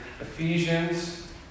Ephesians